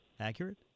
Accurate